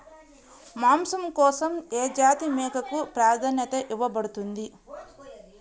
మాంసం కోసం ఏ జాతి మేకకు ప్రాధాన్యత ఇవ్వబడుతుంది?